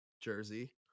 jersey